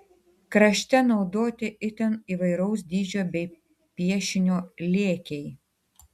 krašte naudoti itin įvairaus dydžio bei piešinio lėkiai